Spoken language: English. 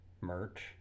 merch